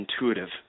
intuitive